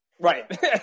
Right